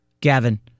Gavin